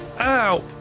Ow